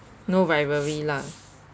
no rivalry lah